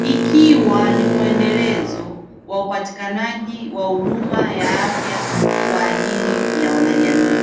ikiwa ni muendelezo wa upatikanaji wa huduma ya afya kwa ajili ya wanajamii.